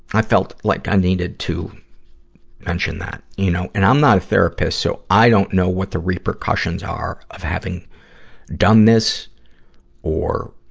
i felt like i needed to mention that. you know, and i'm not a therapist, so i don't know what the repercussions are of having done this or